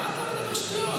מה אתה מדבר שטויות?